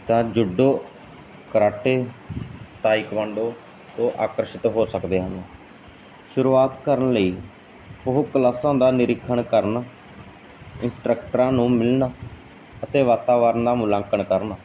ਤਾਂ judo karate taekwondo ਉਹ ਆਕਰਸ਼ਿਤ ਹੋ ਸਕਦੇ ਹਨ ਸ਼ੁਰੂਆਤ ਕਰਨ ਲਈ ਉਹ ਕਲਾਸਾਂ ਦਾ ਨਿਰੀਖਣ ਕਰਨ ਇਨਸਟਕਟਰਾਂ ਨੂੰ ਮਿਲਣ ਅਤੇ ਵਾਤਾਵਰਨ ਦਾ ਮੁਲਾਂਕਣ ਕਰਨ